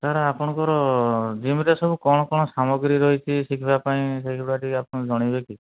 sir ଆପଣଙ୍କର ଜିମ୍ରେ ସବୁ କ'ଣ କ'ଣ ସାମଗ୍ରୀ ରହିଛି ଶିଖିବାପାଇଁ ସେଗୁଡ଼ା ଟିକେ ଆପଣ ଜଣାଇବେ କି